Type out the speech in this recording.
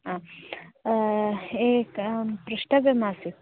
आम् एकां प्रष्टव्यमासीत्